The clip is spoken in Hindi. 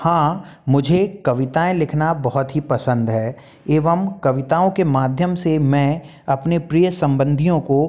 हाँ मुझे कविताऍं लिखना बहुत ही पसंद है एवम कविताओं के माध्यम से मैं अपने प्रिय सम्बंधियों को